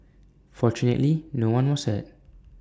fortunately no one was hurt